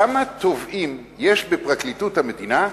כמה תובעים יש בפרקליטות המדינה,